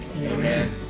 Amen